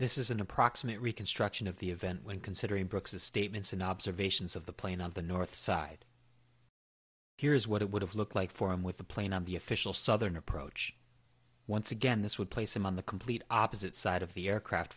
this is an approximate reconstruction of the event when considering brooks's statements and observations of the plane on the north side here's what it would have looked like for him with the plane on the official southern approach once again this would place him on the complete opposite side of the aircraft